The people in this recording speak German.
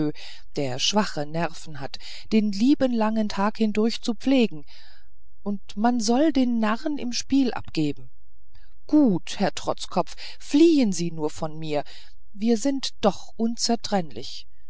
der schwache nerven hat den langen lieben tag hindurch zu pflegen und man soll den narren im spiele abgeben gut herr trotzkopf fliehn sie nur vor mir wir sind doch unzertrennlich